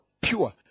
pure